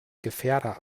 gefährder